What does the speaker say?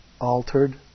altered